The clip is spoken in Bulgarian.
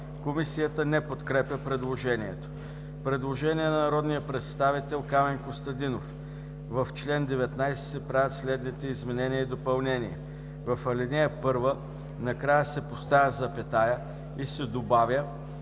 Комисията не подкрепя предложението. Предложение на народния представител Камен Костадинов: „В чл. 19 се правят следните изменения и допълнения: „В ал. 1 накрая се поставя запетая и се добавя